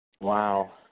Wow